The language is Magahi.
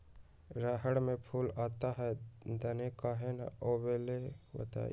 रहर मे फूल आता हैं दने काहे न आबेले बताई?